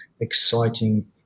exciting